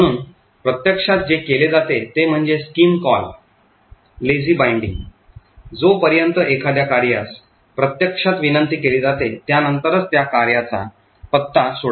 म्हणून प्रत्यक्षात जे केले जाते ते म्हणजे स्कीम कॉल Lazy Binding जोपर्यंत एखाद्या कार्यास प्रत्यक्षात विनंती केली जाते त्यानंतरच त्या कार्याचा पत्ता सोडवला जातो